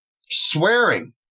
swearing